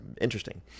interesting